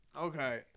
Okay